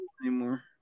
anymore